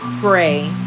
gray